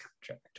contract